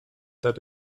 that